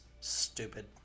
Stupid